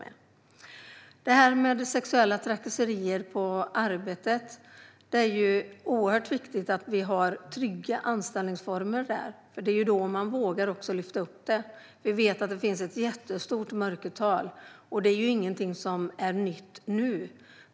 Vad gäller sexuella trakasserier på arbetet är det viktigt att vi har trygga anställningsformer. Då vågar man lyfta upp det här. Vi vet att det finns ett jättestort mörkertal, och detta är ju ingenting som är nytt.